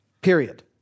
period